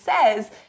says